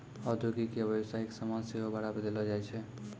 औद्योगिक या व्यवसायिक समान सेहो भाड़ा पे देलो जाय छै